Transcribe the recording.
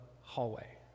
hallway